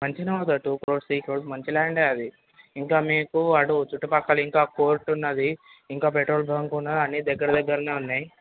మంచిగానే పోతుంది two crores three crores మంచి ల్యాండే అది ఇంకా మీకు అటు చుట్టుపక్కల ఇంకా కోర్టు ఉన్నది ఇంకా పెట్రోల్ బంక్ ఉన్నది అన్నీ దగ్గర దగ్గరనే ఉన్నాయి